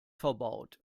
verbaut